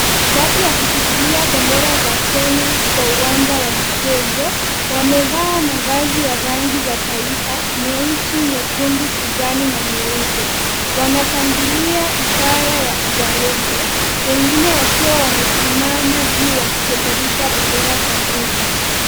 Watu wakishikilia bendera za Kenya kwa uwanja wa michezo, wamevaa mavazi ya rangi za taifa nyeusi, nyekundu, kijani na nyeupe, wanashangilia ishara ya uzalendo wengine wakiwa wamesimama juu wakipeperusha bendera kwa nguvu.